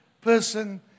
person